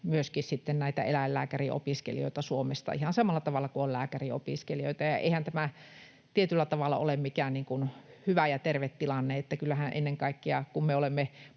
myöskin näitä eläinlääkäriopiskelijoita Suomesta, ihan samalla tavalla kuin on lääkäriopiskelijoita. Eihän tämä tietyllä tavalla ole mikään hyvä ja terve tilanne. Kyllähän ennen kaikkea, kun me olemme